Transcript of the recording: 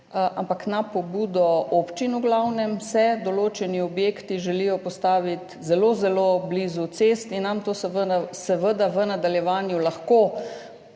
glavnem na pobudo občin določeni objekti želijo postaviti zelo, zelo blizu cest in nam to seveda v nadaljevanju lahko